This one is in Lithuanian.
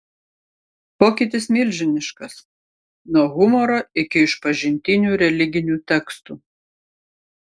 pokytis milžiniškas nuo humoro iki išpažintinių religinių tekstų